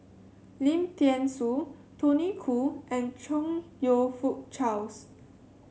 Lim Thean Soo Tony Khoo and Chong You Fook Charles